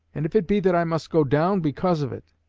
and if it be that i must go down because of it,